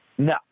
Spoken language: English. No